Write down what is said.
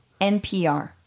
NPR